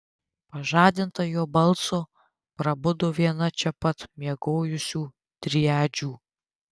pažadinta jo balso prabudo viena čia pat miegojusių driadžių